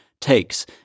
takes